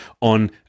on